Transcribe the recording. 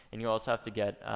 and you also have to get,